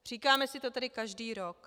Říkáme si to tady každý rok.